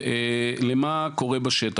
למה קורה בשטח.